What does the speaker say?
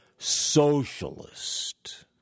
socialist